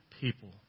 people